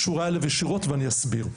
ואני אסביר.